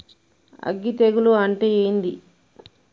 అగ్గి తెగులు అంటే ఏంది?